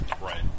right